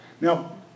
Now